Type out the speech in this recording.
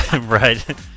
Right